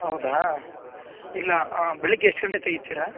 ಹೌದಾ ಇಲ್ಲ ಬೆಳಗ್ಗೆ ಎಷ್ಟು ಗಂಟೆಗೆ ತೆಗಿತೀರಾ